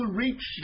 reach